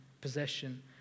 possession